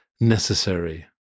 necessary